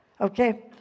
Okay